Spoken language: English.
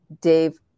Dave